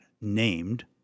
named